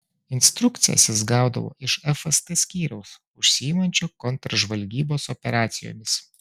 instrukcijas jis gaudavo iš fst skyriaus užsiimančio kontržvalgybos operacijomis